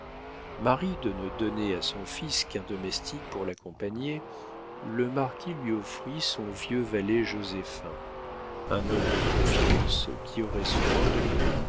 marri de ne donner à son fils qu'un domestique pour l'accompagner le marquis lui offrit son vieux valet joséphin un homme de confiance qui aurait soin de lui